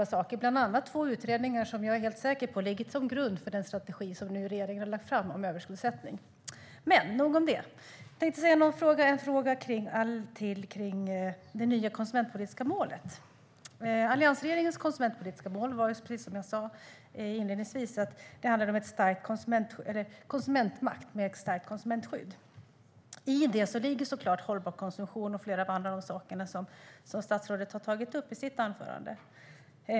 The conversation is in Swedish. Det gäller bland annat två utredningar som jag är säker på ligger till grund för den strategi som regeringen nu har lagt fram om överskuldsättning. Men nog om det. Jag har en fråga om det nya konsumentpolitiska målet. Alliansregeringens konsumentpolitiska mål handlade om - precis som jag sa inledningsvis - konsumentmakt med ett starkt konsumentskydd. I det ligger såklart hållbar konsumtion och flera andra av de saker som statsrådet tog upp i sitt anförande.